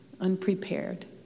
unprepared